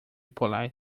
polite